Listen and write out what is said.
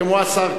כמו השר כץ,